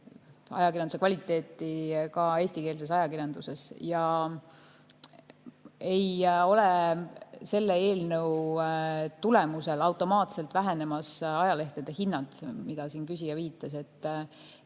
vajadus hoida kvaliteeti ka eestikeelses ajakirjanduses. Ja ei ole selle eelnõu tulemusel automaatselt vähenemas ajalehtede hinnad, nagu siin küsija viitas.